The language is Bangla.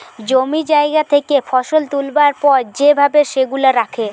জমি জায়গা থেকে ফসল তুলবার পর যে ভাবে সেগুলা রাখে